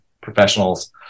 professionals